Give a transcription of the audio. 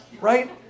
right